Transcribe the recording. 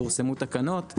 פורסמו תקנות.